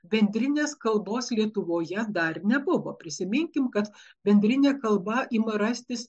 bendrinės kalbos lietuvoje dar nebuvo prisiminkim kad bendrinė kalba ima rastis